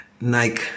Nike